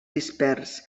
dispers